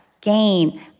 gain